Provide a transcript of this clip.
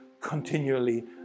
continually